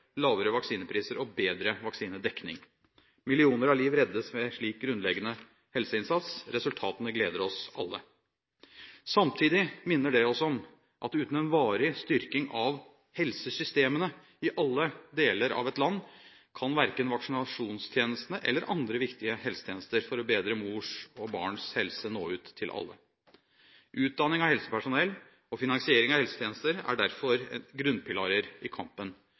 lavere vaksinepriser og bedre vaksinedekning. Millioner av liv reddes med en slik grunnleggende helseinnsats. Resultatene gleder oss alle. Samtidig minner det oss om at uten en varig styrking av helsesystemene i alle deler av et land, kan verken vaksinasjonstjenestene eller andre viktige helsetjenester for å bedre mors og barns helse nå ut til alle. Utdanning av helsepersonell og finansiering av helsetjenester er derfor grunnpilarer i kampen